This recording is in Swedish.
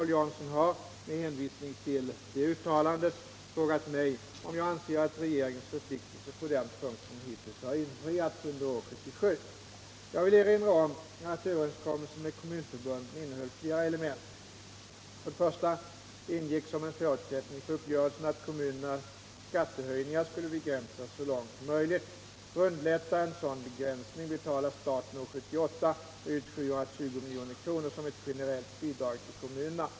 Paul Jansson har —- med hänvisning till detta uttalande — frågat mig om jag anser att regeringens förpliktelser på denna punkt hittills har infriats under år 1977. Jag vill erinra om att överenskommelsen med kommunförbunden innehöll flera element. För det första ingick som en förutsättning för uppgörelsen att kommunernas skattehöjningar skulle begränsas så långt som möjligt. För att underlätta en sådan begränsning betalar staten år 1978 ut 720 milj.kr. som ett generellt bidrag till kommunerna.